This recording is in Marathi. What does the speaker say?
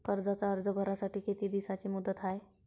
कर्जाचा अर्ज भरासाठी किती दिसाची मुदत हाय?